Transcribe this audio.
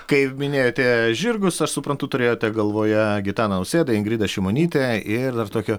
kaip minėjote žirgus aš suprantu turėjote galvoje gitaną nausėdą ingridą šimonytę ir dar tokio